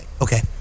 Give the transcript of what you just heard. Okay